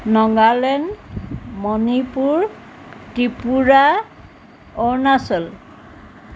Nagaland Manipur Tripura Arunachal